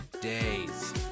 Days